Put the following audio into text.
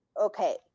okay